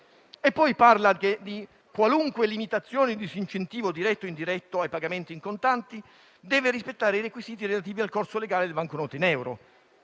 E poi si dice che qualunque limitazione o disincentivo diretto o indiretto ai pagamenti in contanti deve rispettare i requisiti relativi al corso legale delle banconote in euro;